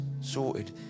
sorted